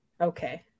Okay